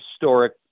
historic